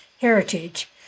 heritage